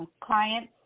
clients